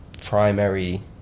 primary